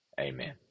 amen